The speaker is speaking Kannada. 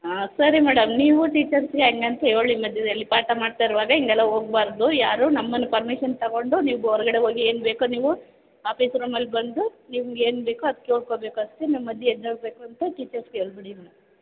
ಆಂ ಸರಿ ಮೇಡಮ್ ನೀವು ಟೀಚರ್ಸ್ಗೆ ಹೆಂಗಂತ ಹೇಳಿ ಮಧ್ಯದಲ್ಲಿ ಪಾಠ ಮಾಡ್ತಾ ಇರುವಾಗ ಹೀಗೆಲ್ಲ ಹೋಗಬಾರ್ದು ಯಾರೂ ನಮ್ಮನ್ನ ಪರ್ಮಿಷನ್ ತೊಗೊಂಡು ನೀವು ಬೊ ಹೊರಗಡೆ ಹೋಗಿ ಏನು ಬೇಕೋ ನೀವು ಆಫೀಸ್ ರೂಮಲ್ಲಿ ಬಂದು ನಿಮ್ಗೇನು ಬೇಕೋ ಅದು ಕೇಳ್ಕೋಬೇಕಷ್ಟೆ ನೀವು ಮಧ್ಯೆ ಎದ್ದೇಳಬೇಕು ಅಂತ ಟೀಚರ್ಸ್ಗೆ ಹೇಳ್ಬಿಡಿ ಮೇಡಮ್